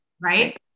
Right